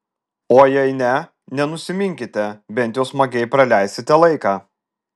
o jei ne nenusiminkite bent jau smagiai praleisite laiką